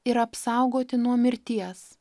ir apsaugoti nuo mirties